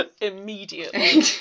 immediately